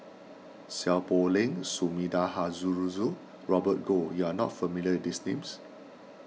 Seow Poh Leng Sumida Haruzo and Robert Goh you are not familiar with these names